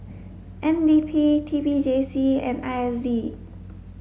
N D P T P J C and I S D